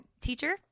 teacher